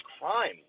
crime